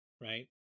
right